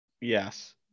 Yes